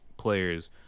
Players